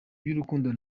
by’urukundo